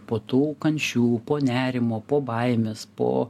po tų kančių po nerimo po baimės po